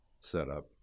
setup